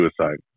suicide